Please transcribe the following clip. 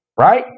right